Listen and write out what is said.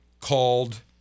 called